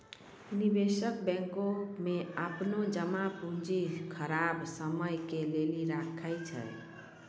निवेशक बैंको मे अपनो जमा पूंजी खराब समय के लेली राखै छै